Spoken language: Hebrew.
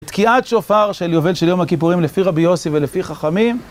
תקיעת שופר של יובל של יום הכיפורים לפי רבי יוסי ולפי חכמים...